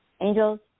Angels